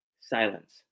Silence